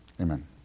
Amen